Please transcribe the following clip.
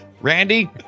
Randy